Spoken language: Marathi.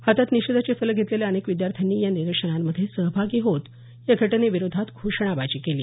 हातात निषेधाचे फलक घेतलेल्या अनेक विद्यार्थ्यांनी या निदर्शनांमध्ये सहभागी होत या घटनेविरोधात घोषणाबाजी केली